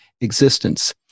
existence